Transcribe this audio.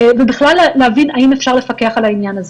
בכלל, להבין האם אפשר לפקח על העניין הזה.